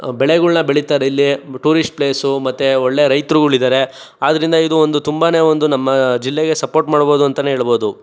ಬೆಳೆಗಳನ್ನ ಬೆಳೀತಾರೆ ಇಲ್ಲಿ ಟೂರಿಸ್ಟ್ ಪ್ಲೇಸು ಮತ್ತೆ ಒಳ್ಳೆಯ ರೈತರುಗಳಿದ್ದಾರೆ ಆದ್ದರಿಂದ ಇದು ಒಂದು ತುಂಬನೇ ಒಂದು ನಮ್ಮ ಜಿಲ್ಲೆಗೆ ಸಪೋರ್ಟ್ ಮಾಡಬಹುದು ಅಂತಲೇ ಹೇಳಬಹುದು